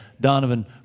Donovan